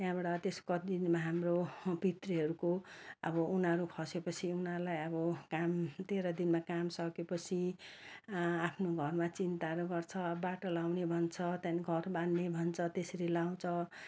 त्यहाँबाट त्यसको कति दिनमा हाम्रो पितृहरूको अब उनीहरू खसेपछि उनीहरूलाई अब काम तेह्र दिनमा काम सकेपछि आ आफ्नु घरमा चिन्ताहरू गर्छ बाटो लगाउने भन्छ त्यहाँदेखि घर बाँध्ने भन्छ त्यसरी लगाउँछ